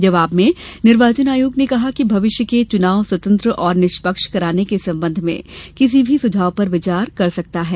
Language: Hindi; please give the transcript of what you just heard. जवाब में निर्वाचन आयोग ने कहा कि भविष्य के चुनाव स्वतंत्र और निष्यक्ष कराने के संबंध में किसी भी सुझाव पर विचार कर सकता है